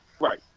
Right